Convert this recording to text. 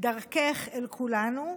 ודרכך אל כולנו,